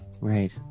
right